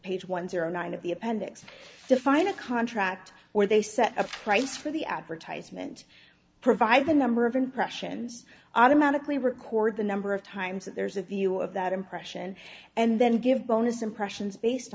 page one zero nine of the appendix define a contract where they set a price for the advertisement provide the number of impressions automatically record the number of times that there's a view of that impression and then give bonus impressions based